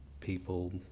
people